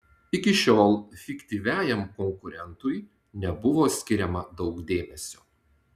iki šiol fiktyviajam konkurentui nebuvo skiriama daug dėmesio